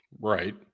Right